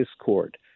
discord